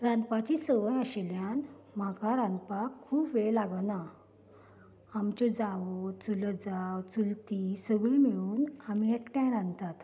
रांदपाची संवय आशिल्ल्यान म्हाका रांदपाक खूब वेळ लागना आमच्यो जांवो चुलत जांव चुलती सगळीं आमी एकठांय रांदतात